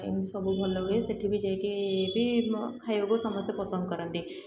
ଏମିତି ସବୁ ଭଲହୁଏ ସେଇଠି ବି ଯାଇକି ବି ଖାଇବାକୁ ସମସ୍ତେ ପସନ୍ଦ କରନ୍ତି